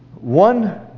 One